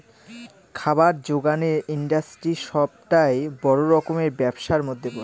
খাবার জোগানের ইন্ডাস্ট্রি সবটাই বড় রকমের ব্যবসার মধ্যে পড়ে